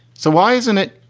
so why isn't it.